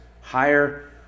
higher